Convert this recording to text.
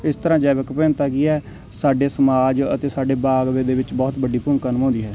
ਇਸ ਤਰ੍ਹਾਂ ਜੈਵਿਕ ਵਿਭਿੰਨਤਾ ਕੀ ਹੈ ਸਾਡੇ ਸਮਾਜ ਅਤੇ ਸਾਡੇ ਬਾਗ ਵੇ ਦੇ ਵਿੱਚ ਬਹੁਤ ਵੱਡੀ ਭੂਮਿਕਾ ਨਿਭਾਉਂਦੀ ਹੈ